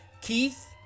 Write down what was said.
Keith